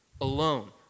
alone